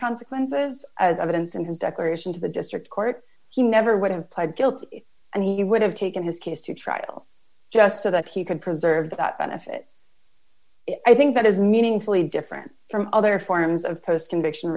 consequences as evidence in his declaration to the district court he never would have pled guilty and he would have taken his case to trial just so that he could preserve that benefit i think that is meaningfully different from other forms of post conviction